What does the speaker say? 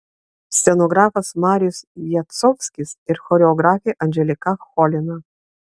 scenografas marijus jacovskis ir choreografė anželika cholina